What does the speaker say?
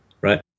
right